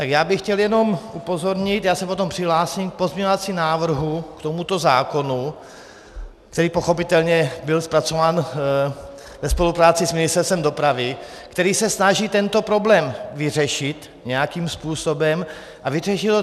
Tak já bych chtěl jenom upozornit, já se potom přihlásím k pozměňovacímu návrhu k tomuto zákonu, který pochopitelně byl zpracován ve spolupráci s Ministerstvem dopravy a který se snaží tento problém nějakým způsobem vyřešit.